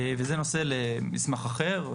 וזה נושא למסמך אחר,